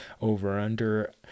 over/under